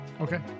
Okay